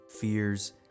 fears